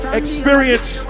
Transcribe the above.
experience